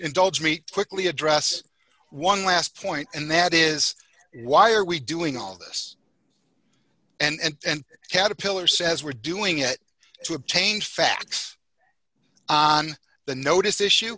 indulge me quickly address one last point and that is why are we doing all this and caterpillar says we're doing it to obtain facts on the notice issue